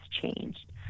changed